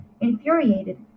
Infuriated